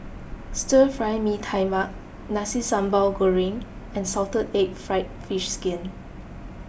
Stir Fry Mee Tai Mak Nasi Sambal Goreng and Salted Egg Fried Fish Skin